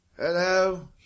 Hello